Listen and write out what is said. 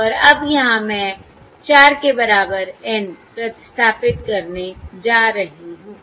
और अब यहां मैं 4 के बराबर N प्रतिस्थापित करने जा रही हूं